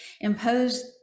imposed